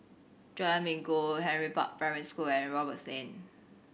Jalan Minggu Henry Park Primary School and Roberts Lane